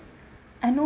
I know